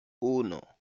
uno